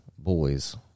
Boys